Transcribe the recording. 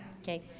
Okay